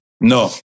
No